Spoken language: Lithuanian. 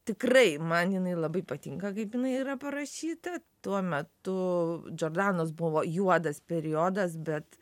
tikrai man jinai labai patinka kaip jinai yra parašyta tuo metu džordanos buvo juodas periodas bet